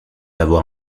avoir